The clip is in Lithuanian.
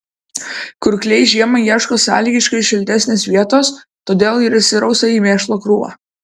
kurkliai žiemai ieško sąlygiškai šiltesnės vietos todėl ir įsirausia į mėšlo krūvą